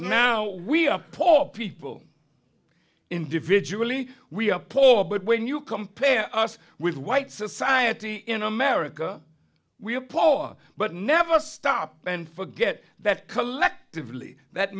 now we are poor people individually we are poor but when you compare us with white society in america we are poor but never stop and forget that collectively that